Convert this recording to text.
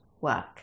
work